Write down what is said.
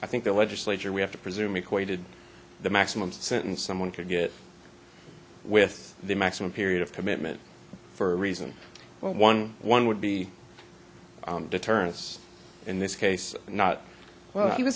i think the legislature we have to presume equated the maximum sentence someone could get with the maximum period of commitment for a reason one one would be to turn us in this case not well he was